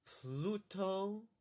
Pluto